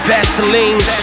Vaseline